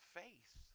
faith